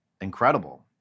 incredible